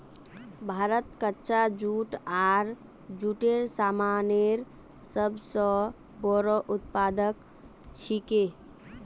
भारत कच्चा जूट आर जूटेर सामानेर सब स बोरो उत्पादक छिके